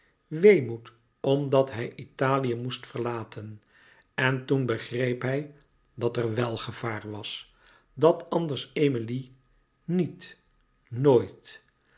weemoed omdat hij italië moest verlaten en toen begreep hij dat er wèl gevaar was dat anders emilie niet nooit